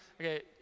okay